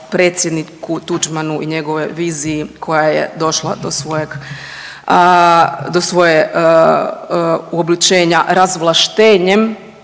predsjedniku Tuđmanu i njegovoj viziji koja je došla do svojeg, do svoje uobličenja razvlaštenjem,